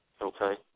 Okay